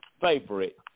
favorite